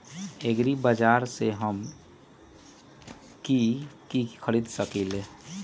एग्रीबाजार से हम की की खरीद सकलियै ह?